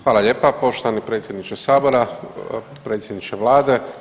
Hvala lijepo poštovani predsjedniče sabora, predsjedniče vlade.